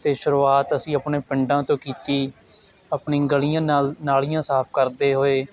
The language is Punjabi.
ਅਤੇ ਸ਼ਰੂਆਤ ਅਸੀਂ ਆਪਣੇ ਪਿੰਡਾਂ ਤੋਂ ਕੀਤੀ ਆਪਣੀ ਗਲੀਆਂ ਨਲ ਨਾਲੀਆਂ ਸਾਫ ਕਰਦੇ ਹੋਏ